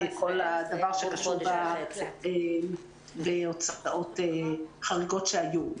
כל מה שקשור להוצאות חריגות שהיו.